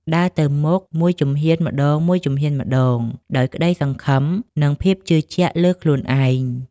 ដើរទៅមុខមួយជំហានម្តងៗ ដោយក្តីសង្ឃឹម និងភាពជឿជាក់លើខ្លួនឯង។